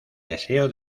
deseo